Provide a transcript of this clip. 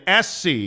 SC